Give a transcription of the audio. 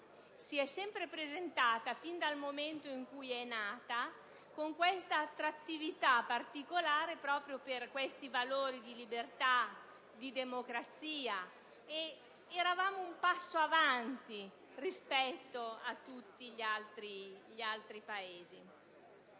sia sempre presentata, fin dal momento in cui è nata, con un'attrattività particolare proprio per i suoi valori di libertà e di democrazia: eravamo un passo avanti rispetto a tutti gli altri Paesi.